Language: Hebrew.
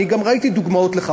ואני גם ראיתי דוגמאות לכך,